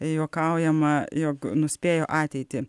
juokaujama jog nuspėjo ateitį